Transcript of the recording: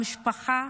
המשפחה,